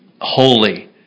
holy